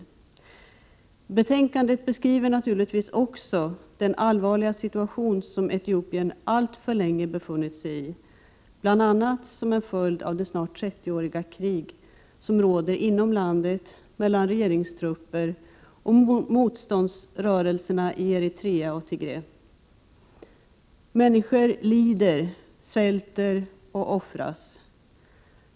I betänkandet beskrivs också den allvarliga situation som Etiopien alltför länge befunnit sig i, bl.a. som en följd av det snart 30-åriga krig som råder inom landet mellan regeringstrupper och motståndsrörelserna i Eritrea och Tigray. Människor lider, svälter och offras.